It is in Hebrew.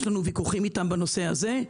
יש לנו ויכוחים איתם בנושא הזה.